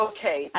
Okay